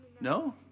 No